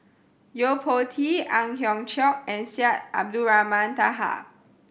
Yo Po Tee Ang Hiong Chiok and Syed Abdulrahman Taha